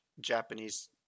Japanese